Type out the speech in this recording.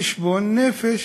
חשבון נפש,